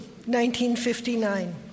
1959